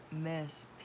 Miss